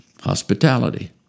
hospitality